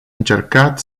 încercat